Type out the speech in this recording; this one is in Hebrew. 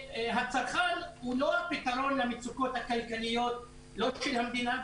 שהצרכן הוא לא הפתרון למצוקות הכלכליות לא של המדינה,